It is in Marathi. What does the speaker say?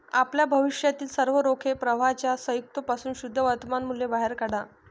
आपल्या भविष्यातील सर्व रोख प्रवाहांच्या संयुक्त पासून शुद्ध वर्तमान मूल्य बाहेर काढा